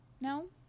No